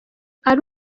ari